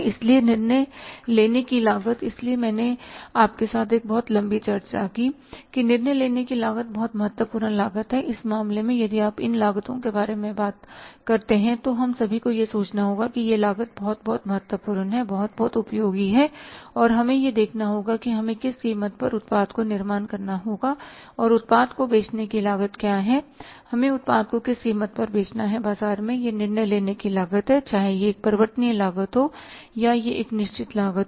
इसलिए निर्णय लेने की लागत इसीलिए मैंने आपके साथ एक बहुत लंबी चर्चा की कि निर्णय लेने की लागत बहुत महत्वपूर्ण लागत है और इस मामले में यदि आप इन लागतों के बारे में बात करते हैं तो हम सभी को यह सोचना होगा कि ये लागत बहुत बहुत महत्वपूर्ण बहुत बहुत उपयोगी है और हमें यह देखना होगा कि हमें किस कीमत पर उत्पाद का निर्माण करना होगा और उत्पाद को बेचने की लागत क्या है हमें उत्पाद को किस कीमत पर बेचना है बाजार में यह निर्णय लेने की लागत है कि चाहे यह एक परिवर्तनीय लागत हो या यह एक निश्चित लागत हो